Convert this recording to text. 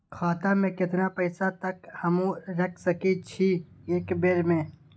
खाता में केतना पैसा तक हमू रख सकी छी एक बेर में?